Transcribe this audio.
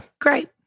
Great